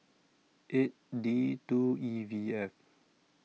eight D two E V F